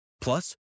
Plus